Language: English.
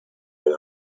and